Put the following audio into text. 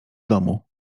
domu